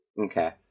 Okay